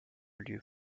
lieu